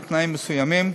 בתנאים מסוימים.